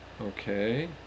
Okay